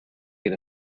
get